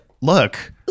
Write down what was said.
Look